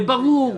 זה ברור,